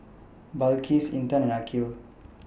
Balqis Intan and Aqil